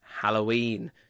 Halloween